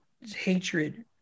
hatred